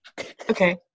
okay